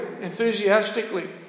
enthusiastically